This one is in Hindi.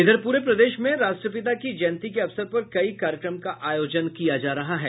इधर पूरे प्रदेश में राष्ट्रपिता की जयंती के अवसर पर कई कार्यक्रम का आयोजन किया जा रहा है